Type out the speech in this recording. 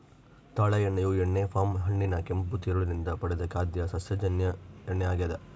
ತಾಳೆ ಎಣ್ಣೆಯು ಎಣ್ಣೆ ಪಾಮ್ ಹಣ್ಣಿನ ಕೆಂಪು ತಿರುಳು ನಿಂದ ಪಡೆದ ಖಾದ್ಯ ಸಸ್ಯಜನ್ಯ ಎಣ್ಣೆ ಆಗ್ಯದ